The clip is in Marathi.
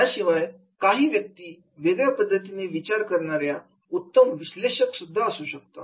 याशिवाय काही व्यक्ती वेगळ्या पद्धतीने विचार करणाऱ्या उत्तम विश्लेषक असू शकतात